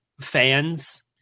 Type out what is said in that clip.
fans